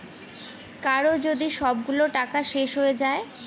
কারো যদি সবগুলো টাকা শেষ হয়ে যায়